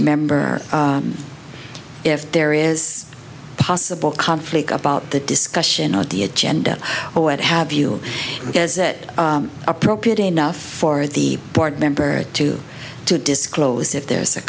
member if there is possible conflict about the discussion of the agenda or what have you because it appropriate enough for the board member to to disclose if there's a